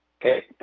Okay